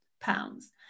pounds